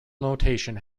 notation